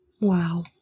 Wow